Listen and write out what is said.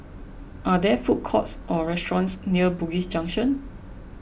are there food courts or restaurants near Bugis Junction